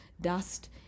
dust